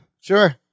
sure